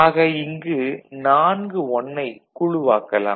ஆக இங்கு 4 "1" ஐ குழுவாக்கலாம்